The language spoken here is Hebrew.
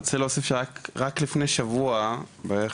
אני רוצה להוסיף שרק לפני שבוע בערך,